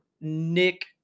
Nick